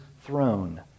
throne